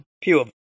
pure